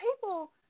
people